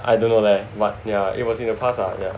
I don't know leh but yeah it was in the past yeah